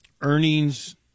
Earnings